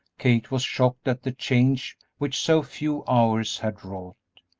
kate was shocked at the change which so few hours had wrought.